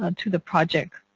ah to the project.